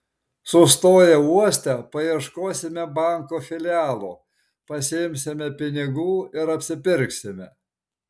sustoję uoste paieškosime banko filialo pasiimsime pinigų ir apsipirksime